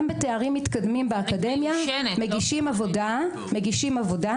גם בתארים מתקדמים באקדמיה מגישים עבודה,